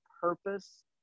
purpose